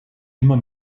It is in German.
immer